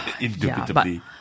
Indubitably